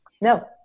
no